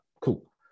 Cool